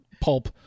pulp